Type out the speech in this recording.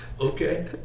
Okay